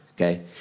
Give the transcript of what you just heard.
okay